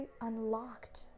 unlocked